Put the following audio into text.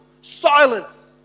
Silence